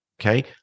okay